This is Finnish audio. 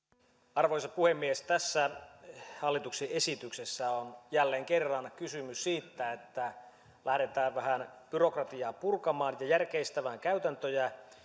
arvoisa puhemies tässä hallituksen esityksessä on jälleen kerran kysymys siitä että lähdetään vähän byrokratiaa purkamaan ja ja järkeistämään käytäntöjä